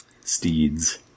steeds